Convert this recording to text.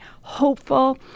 hopeful